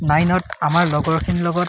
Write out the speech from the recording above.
নাইনত আমাৰ লগৰখিনিৰ লগত